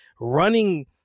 running